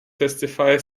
testify